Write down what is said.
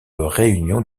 réunion